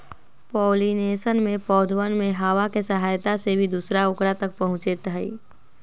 pollination में पौधवन में हवा के सहायता से भी दूसरा औकरा तक पहुंचते हई